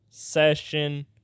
Session